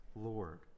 Lord